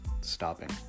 stopping